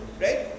right